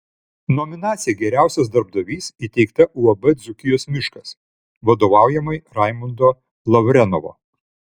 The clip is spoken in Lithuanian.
nominacija geriausias darbdavys įteikta uab dzūkijos miškas vadovaujamai raimundo lavrenovo